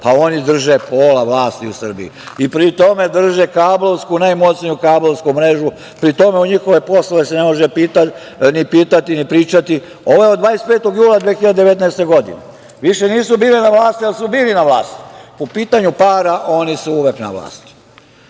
pa oni drže pola vlasti u Srbiji. Pri tome, drže kablovsku, najmoćniju kablovsku mrežu.U njihove poslove se ne može pitati ni pričati. Ovo je od 25. jula 2019. godine. Više nisu bili na vlasti, ali su bili na vlasti. Po pitanju para oni su uvek na vlasti. Oni